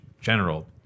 general